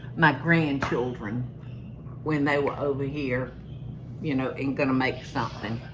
my grandchildren when they were over here you know, and going to make something.